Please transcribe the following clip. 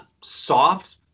soft